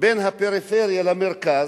בין הפריפריה למרכז,